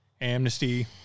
amnesty